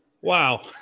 wow